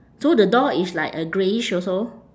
so the door is like a greyish also